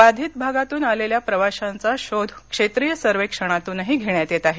बाधित भागातून आलेल्या प्रवाशांचा शोध क्षेत्रीय सर्वेक्षणातूनही घेण्यात येत आहे